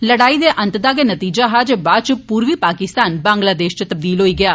लड़ाई दे अंत दा गै नतीजा हा जे बाद च पूर्वी पाकिस्तान बेंगलादेश च तबदील होआ